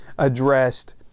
Addressed